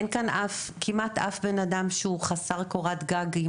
אין כאן כמעט אף בן אדם שהוא חסר קורת גג אם